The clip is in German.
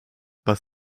was